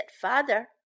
father